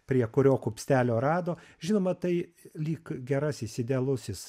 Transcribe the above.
prie kurio kupstelio rado žinoma tai lyg gerasis idealusis